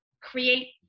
create